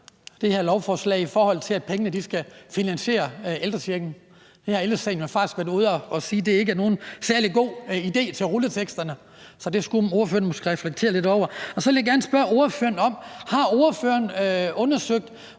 det her lovforslag, i forhold til at pengene skal finansiere ældrechecken. Ældre Sagen har været ude og sige, at det ikke er nogen særlig god idé til rulleteksterne, så det skulle ordføreren måske reflektere lidt over. Så vil jeg gerne spørge ordføreren, om ordføreren har undersøgt,